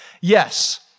Yes